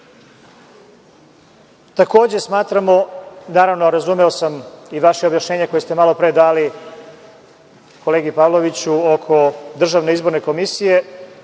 Srbiji. Takođe smatramo, naravno, razumeo sam i vaše objašnjenje koje ste malo pre dali kolegi Pavloviću, oko državne izborne komisije,